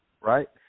right